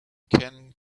can